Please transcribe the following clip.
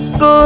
Go